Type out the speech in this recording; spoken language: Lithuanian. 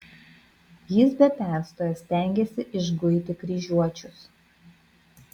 jis be perstojo stengėsi išguiti kryžiuočius